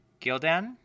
Gildan